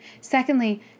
Secondly